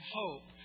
hope